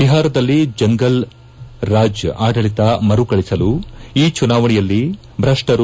ಬಿಹಾರದಲ್ಲಿ ಜಂಗಲ್ರಾಜ್ ಆಡಳತ ಮರುಕಳಿಸಲು ಈ ಚುನಾವಣೆಯಲ್ಲಿ ಚ್ರಪ್ಪರು